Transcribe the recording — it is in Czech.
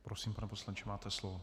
Prosím, pane poslanče, máte slovo.